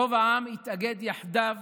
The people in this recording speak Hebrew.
רוב העם התאגד יחדיו